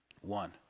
One